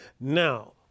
Now